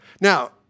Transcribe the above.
Now